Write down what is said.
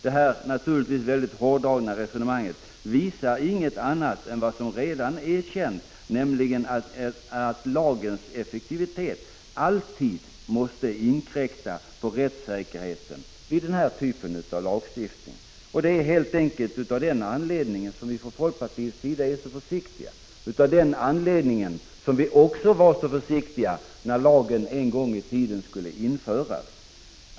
Detta naturligtvis hårdragna resonemang visar ingenting annat än vad som redan har erkänts, nämligen att lagens effektivitet alltid måste inkräkta på rättssäkerheten vid den här typen av lagstiftning. Det är helt enkelt av den anledningen som vi i folkpartiet är försiktiga. Av samma skäl var vi också försiktiga när lagen en gång i tiden skulle stiftas.